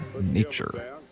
nature